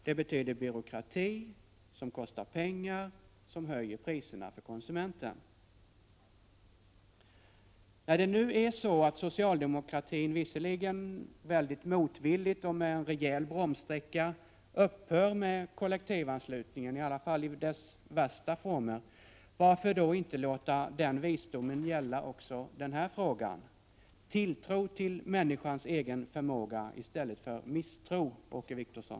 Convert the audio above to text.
Det betyder byråkrati, som kostar pengar och som höjer premierna för konsumenten. När det nu är så att socialdemokratin — visserligen högst motvilligt och med en rejäl bromssträcka — upphör med kollektivanslutningen, i alla fall i dess värsta former, varför då inte låta denna visdom gälla också i den här frågan? Tilltro till människans egen förmåga i stället för misstro, Åke Wictorsson!